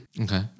Okay